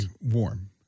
warm